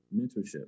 mentorship